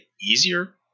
easier